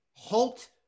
halt